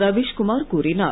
ரவிஷ் குமார் கூறினார்